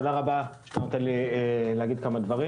תודה רבה שאתה נותן לי להגיד כמה דברים.